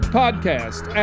podcast